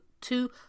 two